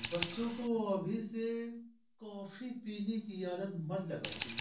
बच्चे को अभी से कॉफी पीने की आदत मत लगाओ